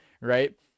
Right